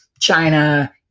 China